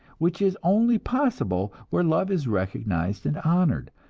which is only possible where love is recognized and honored.